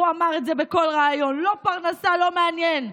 הוא אמר את זה בכל ריאיון: "לא פרנסה, לא מעניין".